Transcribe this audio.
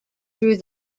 through